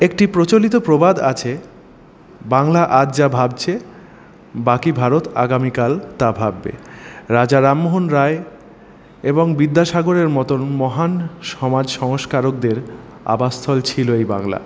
একটি প্রচলিত প্রবাদ আছে বাংলা আজ যা ভাবছে বাকি ভারত আগামীকাল তা ভাববে রাজা রামমোহন রায় এবং বিদ্যাসাগরের মতন মহান সমাজ সংস্কারকদের আবাসস্থল ছিল এই বাংলা